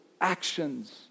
actions